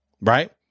right